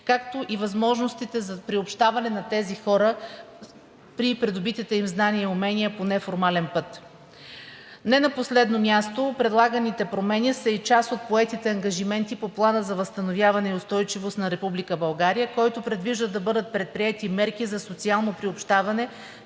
както и възможностите за приобщаване на тези хора при придобитите им знания и умения по неформален път. Не на последно място, предлаганите промени са и част от поетите ангажименти по Плана за възстановяване и устойчивост на Република България, който предвижда да бъдат предприети мерки за социално приобщаване